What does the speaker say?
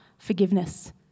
Forgiveness